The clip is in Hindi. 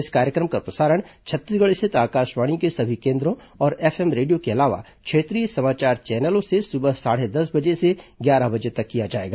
इस कार्यक्रम का प्रसारण छत्तीसगढ़ स्थित आकाशवाणी के सभी केन्द्रों और एफएम रेडियो के अलावा क्षेत्रीय समाचार चैनलों से सुबह साढ़े दस बजे से ग्यारह बजे तक किया जाएगा